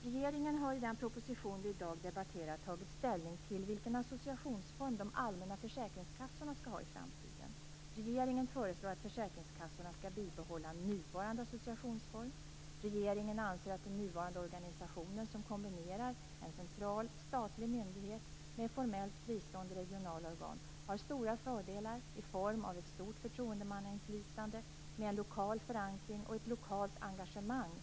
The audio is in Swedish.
Regeringen har i den proposition som vi i dag debatterar tagit ställning till vilken associationsform de allmänna försäkringskassorna skall ha i framtiden. Regeringen föreslår att försäkringskassorna skall behålla nuvarande associationsform. Regeringen anser att den nuvarande organisationen, som kombinerar en central statlig myndighet med formellt fristående regionala organ, har stora fördelar. Den innebär ett stort inflytande från förtroendemän med lokal förankring och lokalt engagemang.